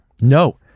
No